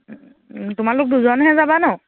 তোমালোক দুজনহে যাবা ন